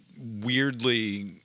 weirdly